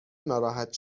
ناراحت